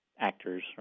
actors